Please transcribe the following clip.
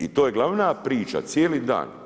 I to je glavana priča cijeli dan.